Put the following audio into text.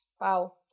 Wow